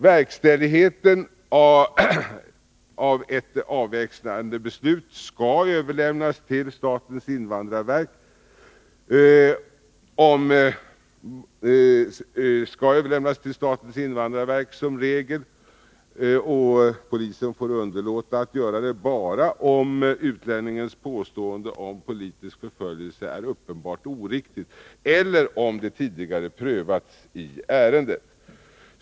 Verkställigheten av ett avlägsnandebeslut skall som regel överlämnas till statens invandrarverk. Polisen får underlåta att göra det bara om utlänningens påstående om politisk förföljelse är uppenbart oriktigt, eller om det tidigare har prövats i ärendet.